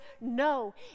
No